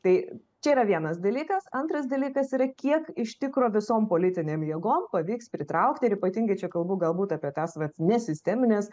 tai čia yra vienas dalykas antras dalykas yra kiek iš tikro visom politinėm jėgom pavyks pritraukti ir ypatingai čia kalbu galbūt apie tas vat nesistemines